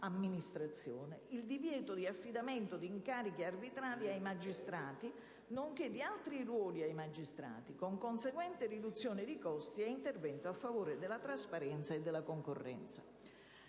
Il divieto di affidamento di incarichi arbitrali, nonché di altri ruoli, ai magistrati, con conseguente riduzione di costi e intervento a favore della trasparenza e della concorrenza.